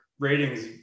ratings